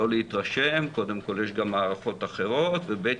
לא להתרשם, קודם כל יש גם הערכות אחרות, וב.